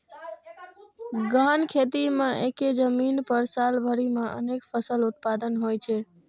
गहन खेती मे एक्के जमीन पर साल भरि मे अनेक फसल उत्पादन होइ छै